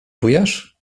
bujasz